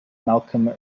malcolm